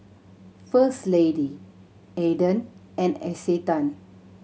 First Lady Aden and Isetan